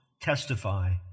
testify